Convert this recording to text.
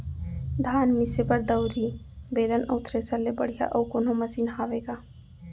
धान मिसे बर दउरी, बेलन अऊ थ्रेसर ले बढ़िया अऊ कोनो मशीन हावे का?